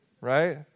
right